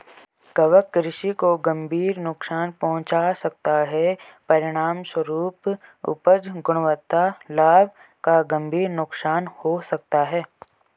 कवक कृषि को गंभीर नुकसान पहुंचा सकता है, परिणामस्वरूप उपज, गुणवत्ता, लाभ का गंभीर नुकसान हो सकता है